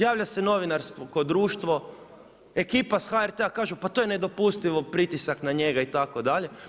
Javlja se novinarsko društvo, ekipa iz HRT-a kaže, to je nedopustivo, pritisak na njega itd.